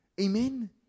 Amen